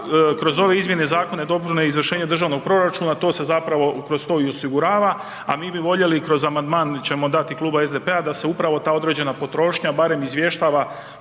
…/Govornik se ne razumije/… na izvršenje državnog proračuna, to se zapravo, kroz to i osigurava, a mi bi voljeli, kroz amandman ćemo dati Kluba SDP-a da se upravo ta određena potrošnja barem izvještava